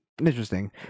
Interesting